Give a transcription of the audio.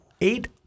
eight